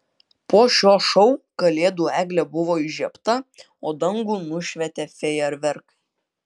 po šio šou kalėdų eglė buvo įžiebta o dangų nušvietė fejerverkai